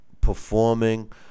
performing